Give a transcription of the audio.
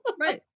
Right